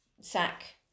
sack